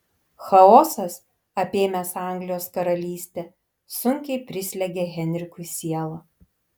chaosas apėmęs anglijos karalystę sunkiai prislegia henrikui sielą